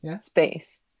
space